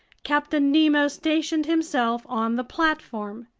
captain nemo stationed himself on the platform.